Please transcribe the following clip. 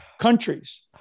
countries